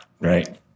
right